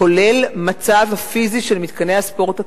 כולל המצב הפיזי של מתקני הספורט הקיימים,